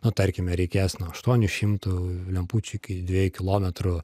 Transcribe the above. nu tarkime reikės nuo aštuonių šimtų lempučių iki dviejų kilometrų